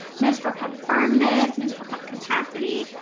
menstrual cup firmness, menstrual cup capacity,